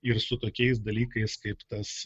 ir su tokiais dalykais kaip tas